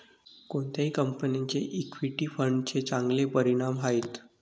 कोणत्या कंपन्यांचे इक्विटी फंडांचे चांगले परिणाम आहेत?